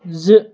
زٕ